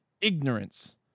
ignorance